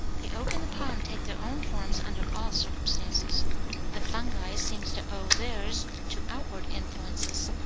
the oak and the palm take their own forms under all circumstances the fungi seem to owe theirs to outward influences.